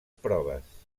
proves